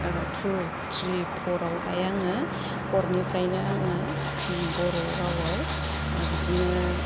थु थ्रि फरफ्रावहाय आङो फरनिफ्रायनो आङो बर' रावआव बिदिनो